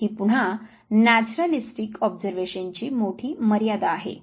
ही पुन्हा नॅचरॅलिस्टिक ऑब्झर्वेशनची मोठी मर्यादा आहे